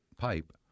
pipe